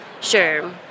Sure